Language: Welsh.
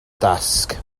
dasg